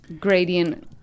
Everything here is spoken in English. gradient